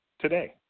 today